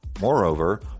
Moreover